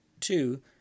two